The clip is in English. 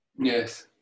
Yes